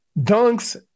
dunks